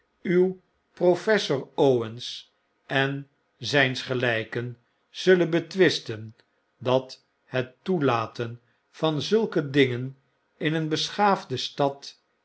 uw professor owen's en zjjns gelyken zullen betwisten dat het toelaten van zulke dingen in een beschaafde stad